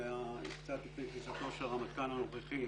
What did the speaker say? זה היה קצת לפני כניסתו של הרמטכ"ל הנוכחי